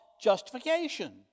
justification